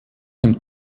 dem